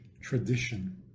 tradition